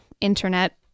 internet